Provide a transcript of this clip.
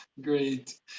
great